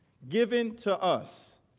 giving to us,